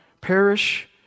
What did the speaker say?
perish